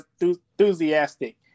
enthusiastic